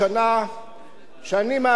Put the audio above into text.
שאני מעלה פה הצעת חוק